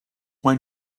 when